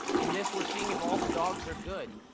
in this we're seeing if all the dogs are good.